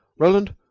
roland